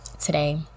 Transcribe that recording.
today